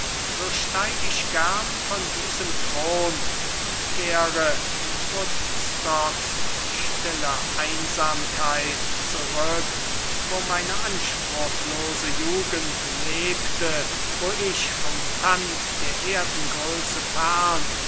so steig ich gern von diesem thron und kehre in woodstocks stille einsamkeit zurück wo meine anspruchlose jugend lebte wo ich vom tand der erdengröße fern